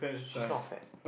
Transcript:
she's not fat